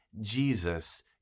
Jesus